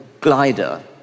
glider